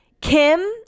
Kim